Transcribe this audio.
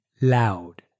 loud